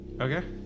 Okay